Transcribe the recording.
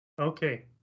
okay